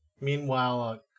Meanwhile